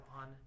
on